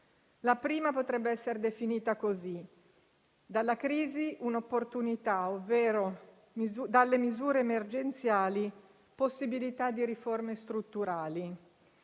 La prima potrebbe essere definita così: dalla crisi un'opportunità, ovvero dalle misure emergenziali possibilità di riforme strutturali.